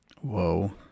Whoa